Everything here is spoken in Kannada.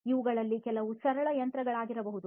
ಇವುಗಳಲ್ಲಿ ಕೆಲವು ಸರಳ ಯಂತ್ರಗಳಾಗಿರಬಹುದು